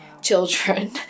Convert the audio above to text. children